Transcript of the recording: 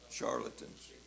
charlatans